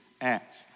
acts